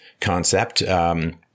concept